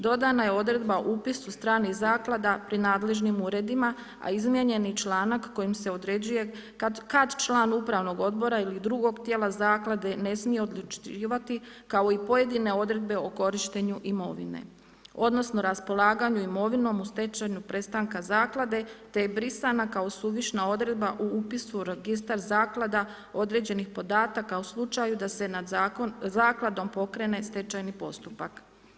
Dodana je odredba o upisu stranih zaklada pri nadležnim uredima, a izmijenjeni članak kojim se određuje kad član upravnog odbora ili drugog tijela zaklade ne smije odlučivati kao i pojedine odredbe o korištenju imovine, odnosno raspolaganju imovinom u …/nerazumljivo/… prestanka zaklade te je brisana kao suvišna odredba o upisu u registar zaklada određenih podataka o slučaju da se nad zakon, zakladom pokrene stečajni postupak.